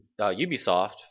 Ubisoft